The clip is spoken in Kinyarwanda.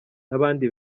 n’abandi